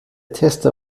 tester